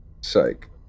Psych